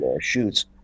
shoots